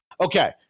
Okay